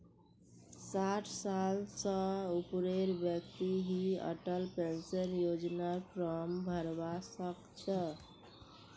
साठ साल स ऊपरेर व्यक्ति ही अटल पेन्शन योजनार फार्म भरवा सक छह